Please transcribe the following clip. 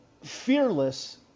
fearless